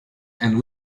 and